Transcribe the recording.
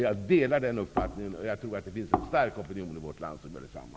Jag delar den uppfattningen, och jag tror att det finns en stark opinion i vårt land som gör detsamma.